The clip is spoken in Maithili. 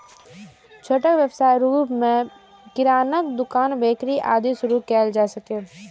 छोट व्यवसायक रूप मे किरानाक दोकान, बेकरी, आदि शुरू कैल जा सकैए